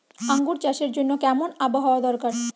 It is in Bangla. আঙ্গুর চাষের জন্য কেমন আবহাওয়া দরকার?